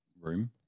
room